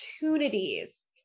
opportunities